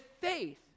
faith